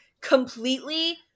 completely